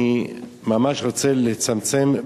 אני ממש רוצה לצמצם,